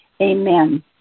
Amen